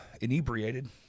inebriated